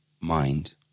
mind